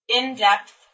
in-depth